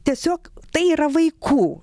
tiesiog tai yra vaikų